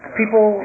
people